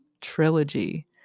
trilogy